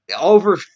over